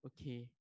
Okay